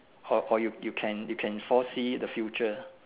or or you you can you can foresee the future